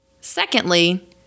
Secondly